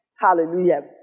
Hallelujah